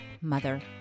mother